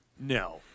No